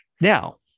Now